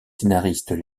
scénaristes